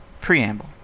Preamble